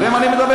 עליהם אני מדבר.